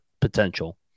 potential